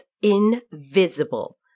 invisible